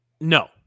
No